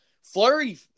Flurry